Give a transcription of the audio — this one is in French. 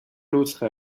l’autre